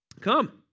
Come